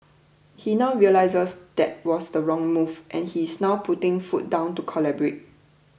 he now realises that was the wrong move and he is now putting foot down to collaborate